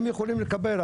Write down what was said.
הם יכולים לקבל,